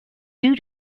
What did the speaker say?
due